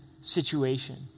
situation